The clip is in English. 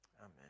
Amen